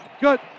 Good